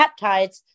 peptides